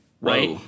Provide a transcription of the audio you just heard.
right